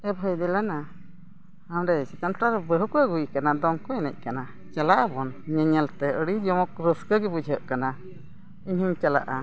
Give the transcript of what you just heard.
ᱮ ᱵᱷᱟᱹᱭ ᱫᱮᱞᱟᱱᱟ ᱦᱟᱸᱰᱮ ᱪᱮᱛᱟᱱ ᱴᱚᱞᱟ ᱨᱮ ᱵᱟᱹᱦᱩ ᱠᱚ ᱟᱹᱜᱩᱭᱮ ᱠᱟᱱᱟ ᱫᱚᱝ ᱠᱚ ᱮᱱᱮᱡ ᱠᱟᱱᱟ ᱪᱟᱞᱟᱜ ᱟᱵᱚᱱ ᱧᱮᱧᱮᱞᱛᱮ ᱟᱹᱰᱤ ᱡᱚᱢᱚᱠ ᱨᱟᱹᱥᱠᱟᱹ ᱜᱮ ᱵᱩᱡᱷᱟᱹᱜ ᱠᱟᱱᱟ ᱤᱧ ᱦᱚᱧ ᱪᱟᱞᱟᱜᱼᱟ